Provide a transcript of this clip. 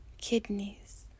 Kidneys